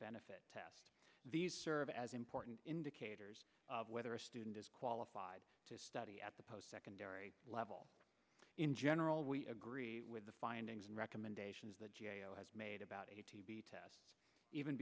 benefit test the these serve as important indicators of whether a student is qualified to study at the post secondary level in general we agree with the findings and recommendations the g a o has made about a tb test even